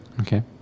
Okay